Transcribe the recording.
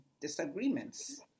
disagreements